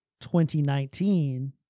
2019